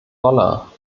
dollar